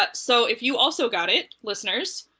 but so if you also got it, listeners,